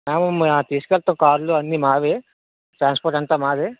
అవును మ్యామ్ తీసుకెళతాం కార్లో అన్నీ మావే ట్రాన్స్పోర్ట్ అంతా మాదే